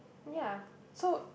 ya so